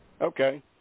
Okay